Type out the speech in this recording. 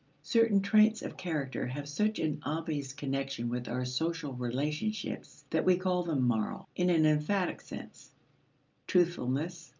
certain traits of character have such an obvious connection with our social relationships that we call them moral in an emphatic sense truthfulness,